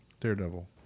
Daredevil